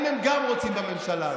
אם הם גם רוצים בממשלה הזאת.